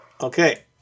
Okay